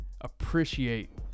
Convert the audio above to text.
appreciate